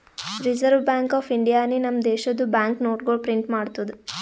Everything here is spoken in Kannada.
ರಿಸರ್ವ್ ಬ್ಯಾಂಕ್ ಆಫ್ ಇಂಡಿಯಾನೆ ನಮ್ ದೇಶದು ಬ್ಯಾಂಕ್ ನೋಟ್ಗೊಳ್ ಪ್ರಿಂಟ್ ಮಾಡ್ತುದ್